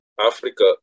Africa